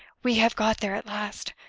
we have got there at last.